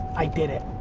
i did it.